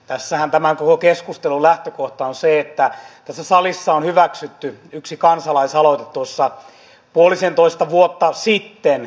tässähän tämän koko keskustelun lähtökohta on se että tässä salissa on hyväksytty yksi kansalaisaloite puolisentoista vuotta sitten